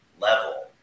level